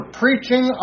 preaching